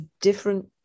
different